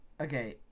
Okay